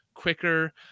quicker